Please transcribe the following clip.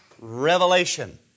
revelation